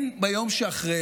מה יקרה ביום שאחרי